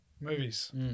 Movies